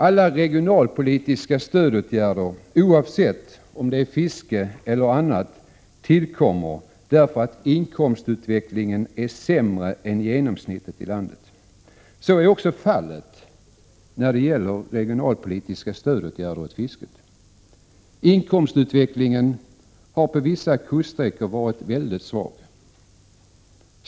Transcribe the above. Alla regionalpolitiska stödåtgärder, oavsett om det gäller fiske eller annat, tillkommer därför att inkomstutvecklingen är sämre än genomsnittet i landet. Så är också fallet när det gäller regionalpolitiska stödåtgärder till fisket. Inkomstutvecklingen har varit väldigt svag på vissa kuststräckor.